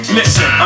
Listen